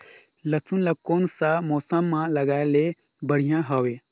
लसुन ला कोन सा मौसम मां लगाय ले बढ़िया हवे?